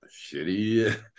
shitty